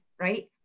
right